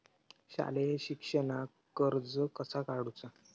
शालेय शिक्षणाक कर्ज कसा काढूचा?